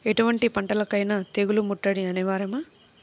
ఎటువంటి పంటలకైన తెగులు ముట్టడి అనివార్యమా?